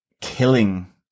killing